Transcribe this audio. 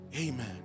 Amen